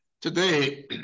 Today